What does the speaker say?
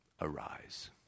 arise